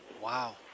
Wow